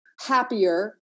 happier